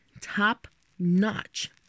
top-notch